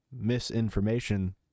misinformation